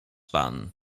pan